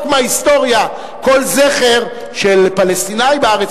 מההיסטוריה כל זכר של פלסטיני בארץ,